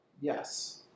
Yes